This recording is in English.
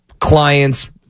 clients